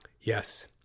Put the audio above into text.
Yes